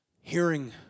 hearing